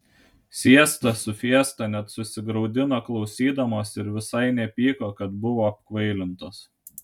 siesta su fiesta net susigraudino klausydamos ir visai nepyko kad buvo apkvailintos